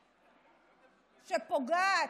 שפוגעת,